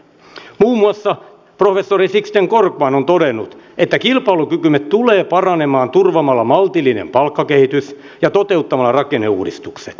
muun muassa professori sixten korkman on todennut että kilpailukykymme tulee paranemaan turvaamalla maltillinen palkkakehitys ja toteuttamalla rakenneuudistukset